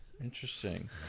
Interesting